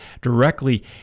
directly